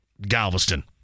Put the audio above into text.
Galveston